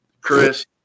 Chris